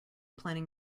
planning